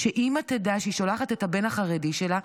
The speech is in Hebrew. שאימא תדע שהיא שולחת את הבן החרדי שלה,